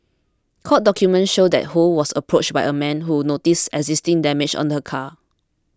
court documents showed that Ho was approached by a man who noticed existing damage on her car